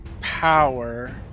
Power